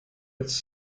its